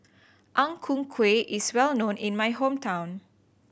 Ang Ku Kueh is well known in my hometown